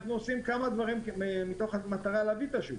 אנחנו עושים כמה דברים מתוך מטרה להגדיל את השוק